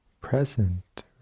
present